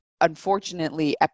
unfortunately